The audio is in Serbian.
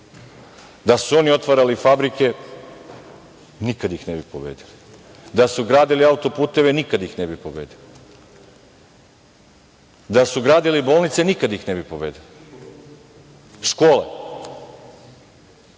Da su oni otvarali fabrike, nikada ih ne bi pobedili. Da su gradili autoputeve, nikada ih ne bi pobedili. Da su gradili bolnice, nikada ih ne bi pobedili, škole. Sada